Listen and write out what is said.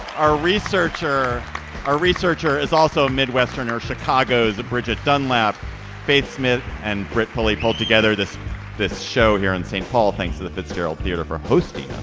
our researcher our researcher is also a midwesterner chicago's bridgette dunlap faith smith and gratefully pulled together this this show here in st. paul things of the fitzgerald theater for hosting.